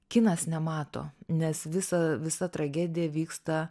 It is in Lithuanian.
kinas nemato nes visa visa tragedija vyksta